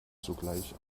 sogleich